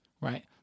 right